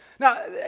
Now